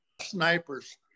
snipers